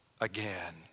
again